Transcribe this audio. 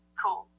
cool